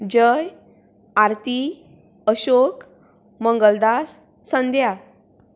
Jai Aarti Ashok Mangaldas Sandhya